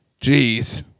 Jeez